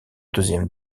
deuxième